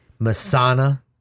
Masana